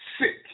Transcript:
sick